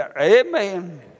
Amen